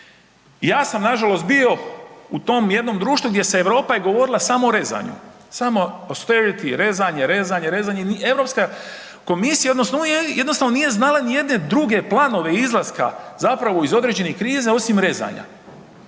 Ja sam nažalost bio u tom jednom društvu gdje Europa je govorila samo o rezanju, samo …/nerazumljivo/… rezanje, rezanje, rezanje, Europska komisija odnosno unija jednostavno nije znala ni jedne druge planove izlaska zapravo iz određenih kriza osim rezanja.